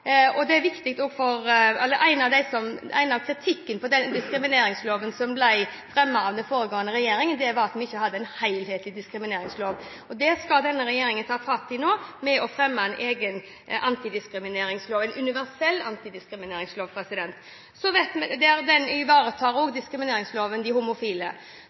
at det er viktig for meg, og det har vi vært i mange debatter om før. Jeg er veldig glad for at vi fikk på plass en diskrimineringslov rett før sommeren som alle partiene sto bak. Noe av kritikken av diskrimineringsloven, som ble fremmet av den foregående regjeringen, var at vi ikke hadde en helhetlig diskrimineringslov. Det skal denne regjeringen nå ta fatt i ved å fremme en egen antidiskrimineringslov, en universell